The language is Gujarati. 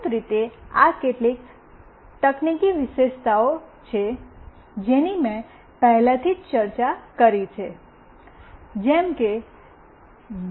મૂળભૂત રીતે આ કેટલીક તકનીકી વિશિષ્ટતાઓ છે જેની મેં પહેલેથી જ ચર્ચા કરી છે જેમ કે 2